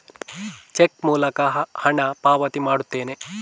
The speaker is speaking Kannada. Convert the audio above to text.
ಚೆಕ್ ಮೂಲಕ ಹಣ ಪಾವತಿ ಮಾಡುತ್ತೇನೆ